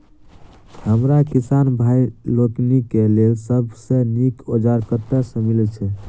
हमरा किसान भाई लोकनि केँ लेल सबसँ नीक औजार कतह मिलै छै?